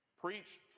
Preach